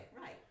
Right